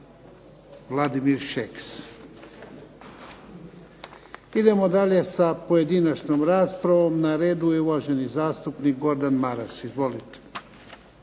Vladimir Šeks. Idemo dalje sa pojedinačnom raspravom, na redu je uvaženi zastupnik Gordan Maras. Izvolite.